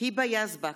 היבה יזבק,